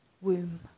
womb